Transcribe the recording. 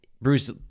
Bruce